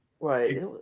Right